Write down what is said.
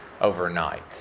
overnight